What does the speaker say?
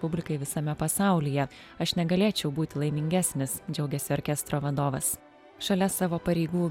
publikai visame pasaulyje aš negalėčiau būti laimingesnis džiaugiasi orkestro vadovas šalia savo pareigų